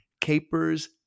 capers